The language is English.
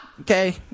okay